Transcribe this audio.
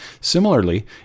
Similarly